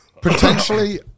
potentially